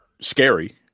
scary